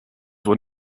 were